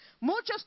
Muchos